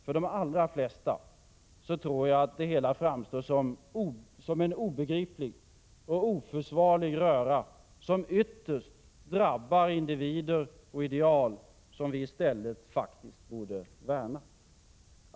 Jag tror att det hela för de allra flesta framstår som en obegriplig och oförsvarlig röra, som ytterst drabbar individer och ideal vilka vi i stället borde värna.